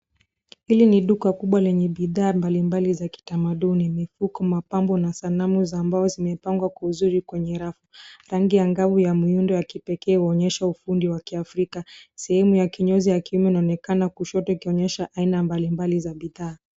Hili ni duka la kuuza bidhaa mbalimbali za kitamaduni, mifuko ya mapambo na sanamu za mbao zilizopangwa vizuri kwenye rafu. Lebo angavu ya muundo wa kipekee unaonyesha ufundi wa Kiafrika. Sehemu ya kinyozi ya chumba inaonekana kushoto, ikionyesha aina mbalimbali za bidhaa.